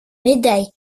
médaille